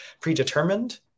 predetermined